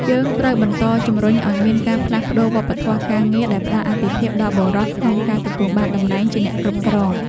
យើងត្រូវបន្តជំរុញឱ្យមានការផ្លាស់ប្តូរវប្បធម៌ការងារដែលផ្តល់អាទិភាពដល់បុរសក្នុងការទទួលបានតំណែងជាអ្នកគ្រប់គ្រង។